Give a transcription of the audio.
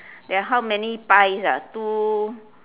there are how many pies ah two